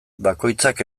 bakoitzak